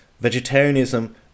vegetarianism